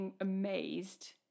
amazed